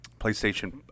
PlayStation